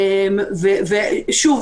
ושוב,